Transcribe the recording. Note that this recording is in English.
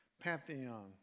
pantheon